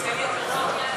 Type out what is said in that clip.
לי הגרון.